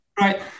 Right